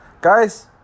guys